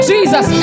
Jesus